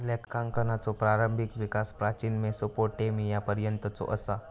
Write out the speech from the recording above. लेखांकनाचो प्रारंभिक विकास प्राचीन मेसोपोटेमियापर्यंतचो असा